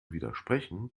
widersprechen